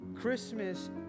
Christmas